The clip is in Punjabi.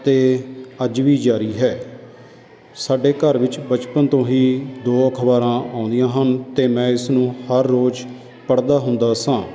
ਅਤੇ ਅੱਜ ਵੀ ਜ਼ਾਰੀ ਹੈ ਸਾਡੇ ਘਰ ਵਿੱਚ ਬਚਪਨ ਤੋਂ ਹੀ ਦੋ ਅਖਬਾਰਾਂ ਆਉਂਦੀਆਂ ਹਨ ਅਤੇ ਮੈਂ ਇਸ ਨੂੰ ਹਰ ਰੋਜ਼ ਪੜ੍ਹਦਾ ਹੁੰਦਾ ਸਾਂ